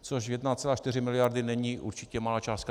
Což 1,4 mld. není určitě malá částka.